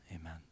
Amen